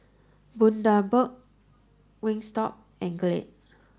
Bundaberg Wingstop and Glade